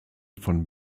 von